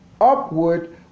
upward